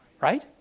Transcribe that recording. right